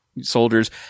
soldiers